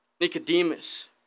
Nicodemus